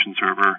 server